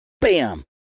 bam